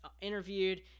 interviewed